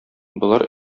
болар